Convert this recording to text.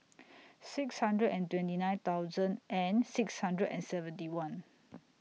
six hundred and twenty nine thousand and six hundred and seventy one